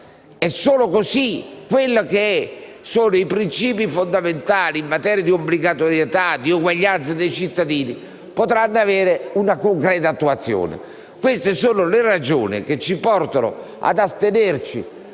Solo così i principi fondamentali in materia di obbligatorietà e di uguaglianza dei cittadini potranno avere una concreta attuazione. Queste sono le ragioni che ci portano ad astenerci